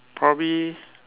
probably